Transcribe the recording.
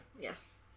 yes